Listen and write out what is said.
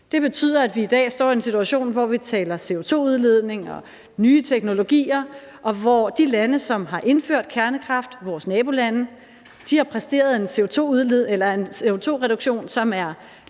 Det betyder, at vi i dag står i en situation, hvor vi taler CO2-udledning og nye teknologier, og hvor de lande, som har indført kernekraft, vores nabolande, har præsteret en CO2-reduktion, som er